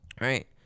right